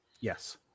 Yes